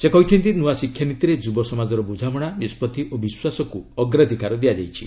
ସେ କହିଛନ୍ତି ନୂଆ ଶିକ୍ଷାନୀତିରେ ଯୁବ ସମାଜର ବୁଝାମଣା ନିଷ୍ପଭି ଓ ବିଶ୍ୱାସକୁ ଅଗ୍ରାଧିକାର ଦିଆଯାଇଛି